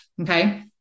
okay